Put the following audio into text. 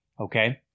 okay